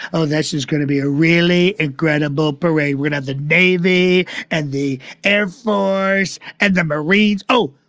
oh, this is going to be a really incredible parade. we're not the navy and the air force and the marines. oh,